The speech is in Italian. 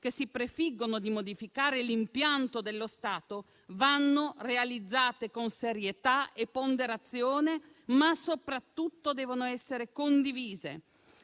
che si prefiggono di modificare l'impianto dello Stato, vanno realizzate con serietà e ponderazione, ma soprattutto devono essere condivise.